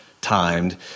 timed